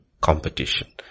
competition